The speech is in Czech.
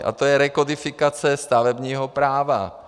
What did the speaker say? A to je rekodifikace stavebního práva.